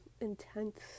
intense